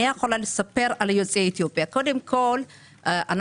אני יכולה לספר על יוצאי אתיופיה קודם כל מספרנו